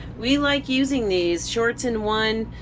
we like using these. shorts in one,